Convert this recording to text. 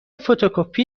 فتوکپی